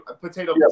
potato